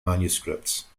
manuscripts